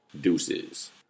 deuces